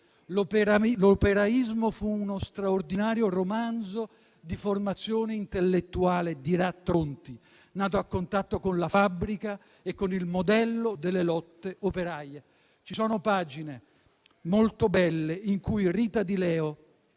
L'operaismo fu uno straordinario romanzo di formazione intellettuale, dirà Tronti, nato a contatto con la fabbrica e con il modello delle lotte operaie. Ci sono pagine molto belle in cui Rita Di Leo